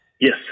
Yes